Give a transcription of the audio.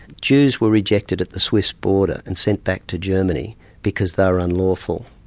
jews were rejected at the swiss border and sent back to germany because they were unlawful.